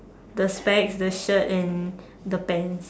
the specs the shirt and the pants